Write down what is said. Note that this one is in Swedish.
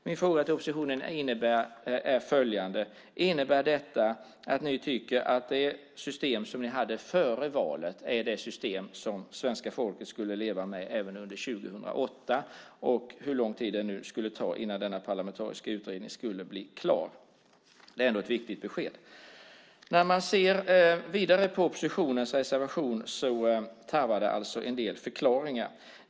Min fråga till oppositionen är: Innebär detta att ni tycker att det system som vi hade före valet är det system som svenska folket ska leva med även under 2008 och den tid det kan ta innan denna parlamentariska utredning blir klar? Det är ett viktigt besked. Oppositionens reservation tarvar en del förklaringar.